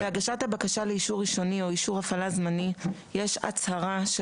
בהגשת הבקשה לאישור ראשוני או לאישור הפעלה זמני יש הצהרה של